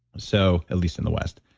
so at least in the west.